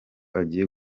agiye